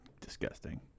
disgusting